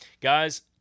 guys